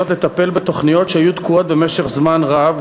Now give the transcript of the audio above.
לטפל בתוכניות שהיו תקועות במשך זמן רב,